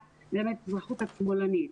את מלמדת אזרחות את שמאלנית.